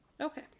Okay